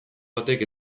batek